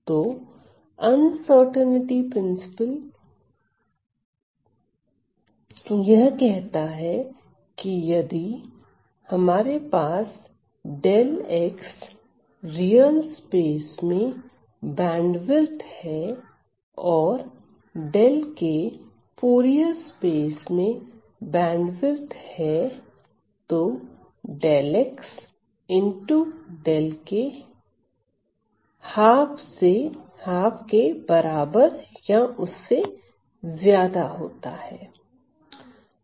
तो uncertainty principle यह कहता है कि यदि हमारे पास Δx रियल स्पेस में बैंडविथ है और Δk फूरिये स्पेस में बैंडविथ है तो ΔxΔk ≥ ½ है